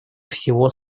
всего